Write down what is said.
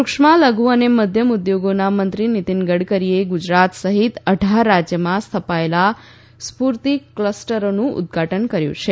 સુક્ષ્મ લધ્ અને મધ્યમ ઉદ્યોગોનાં મંત્રી નીતીન ગડકરીએ ગુજરાત સહિત અઢાર રાજ્યમાં સ્થાપાયેલાં સ્ક્રતિ કલસ્ટરોનું ઉદધાટન કર્યું છે